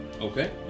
Okay